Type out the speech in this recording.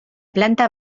planta